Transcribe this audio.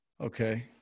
Okay